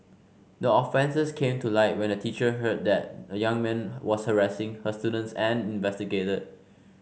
the offences came to light when a teacher heard that a young man was harassing her students and investigated